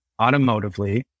automotively